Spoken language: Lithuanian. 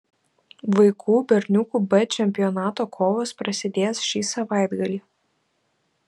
vaikų berniukų b čempionato kovos prasidės šį savaitgalį